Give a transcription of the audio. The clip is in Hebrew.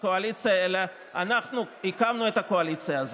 אתם לא תקווה חדשה, אתם תקווה חלשה.